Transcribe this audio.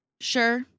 sure